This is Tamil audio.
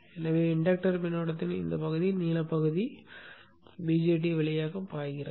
எனவே இன்டக்டர் மின்னோட்டத்தின் இந்த பகுதி நீல பகுதி BJT வழியாக பாய்கிறது